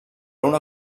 una